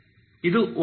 ಇದು ಒಂದೇ ಸರಿ